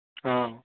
ହଁ